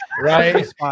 right